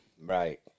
Right